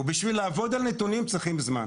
ובשביל לעבוד על נתונים, צריכים זמן.